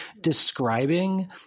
describing